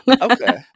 Okay